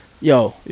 Yo